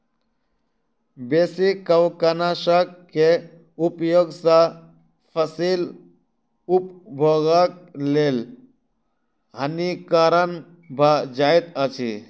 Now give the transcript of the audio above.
बेसी कवकनाशक के उपयोग सॅ फसील उपभोगक लेल हानिकारक भ जाइत अछि